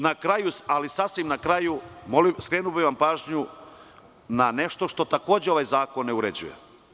Na kraju, sasvim na kraju, skrenuo bih vam pažnju na nešto što takođe ovaj zakon ne uređuje.